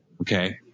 Okay